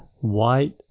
white